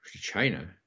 China